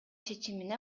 чечимине